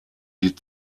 die